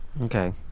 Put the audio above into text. Okay